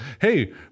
Hey